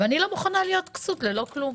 אני לא מוכנה להיות כסות ללא כלום.